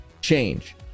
change